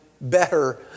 better